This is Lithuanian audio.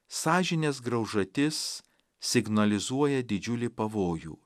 sąžinės graužatis signalizuoja didžiulį pavojų